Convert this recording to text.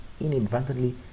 inadvertently